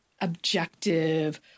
objective